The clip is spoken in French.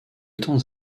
temps